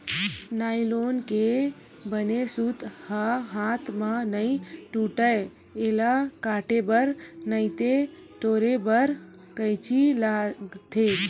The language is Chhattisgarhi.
नाइलोन के बने सूत ह हाथ म नइ टूटय, एला काटे बर नइते टोरे बर कइची लागथे